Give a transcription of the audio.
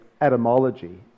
etymology